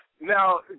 Now